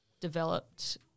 developed